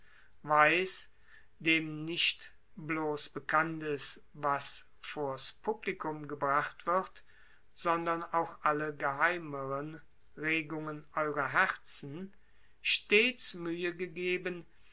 dem nicht blos bekannt ist was vor's publikum gebracht wird sondern auch alle geheimeren regungen eurer herzen stets mühe gegeben